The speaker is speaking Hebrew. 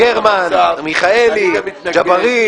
אני מתנגד להרכב הזה.